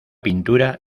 pintura